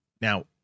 Now